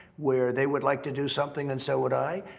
where they would like to do something, and so would i.